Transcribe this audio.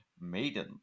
Maiden